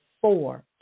four